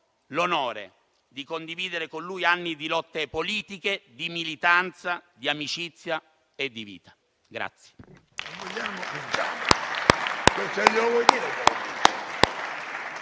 l'onore di condividere con lui anni di lotte politiche, di militanza, di amicizia e di vita.